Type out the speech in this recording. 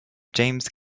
james